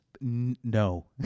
No